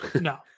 No